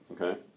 okay